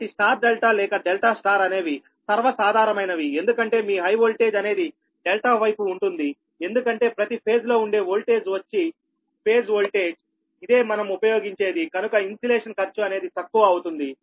కాబట్టి star delta లేక delta star అనేవి సర్వ సాధారణమైనవి ఎందుకంటే మీ హై వోల్టేజ్ అనేది డెల్టా వైపు ఉంటుంది ఎందుకంటే ప్రతి ఫేజ్ లో ఉండే ఓల్టేజ్ వచ్చి ఫేజ్ ఓల్టేజ్ ఇదే మనం ఉపయోగించేది కనుక ఇన్సులేషన్ ఖర్చు అనేది తక్కువ అవుతుంది